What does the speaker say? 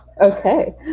Okay